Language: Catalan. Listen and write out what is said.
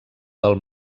del